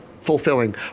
fulfilling